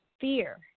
fear